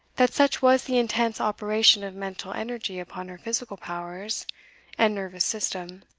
that such was the intense operation of mental energy upon her physical powers and nervous system,